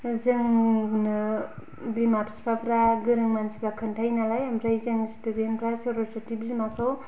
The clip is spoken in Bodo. जोंनो बिमा फिफाफ्रा गोरों मानसिफोरा खिनथायोनालाय ओमफ्राय जों स्तुडेनफ्रा सर'सति बिमाखौ